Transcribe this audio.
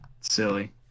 silly